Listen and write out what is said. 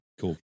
Cool